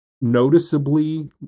noticeably